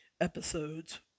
episodes